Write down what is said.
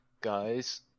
guys